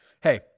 hey